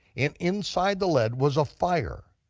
and inside the lead was a fire,